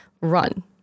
run